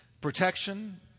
protection